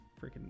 Freaking